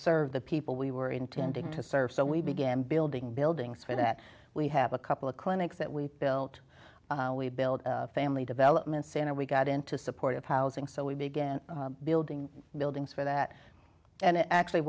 serve the people we were intending to serve so we began building buildings for that we have a couple of clinics that we've built we build a family development center we got into supportive housing so we began building buildings for that and it actually